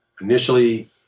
initially